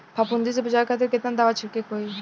फाफूंदी से बचाव खातिर केतना दावा छीड़के के होई?